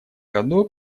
году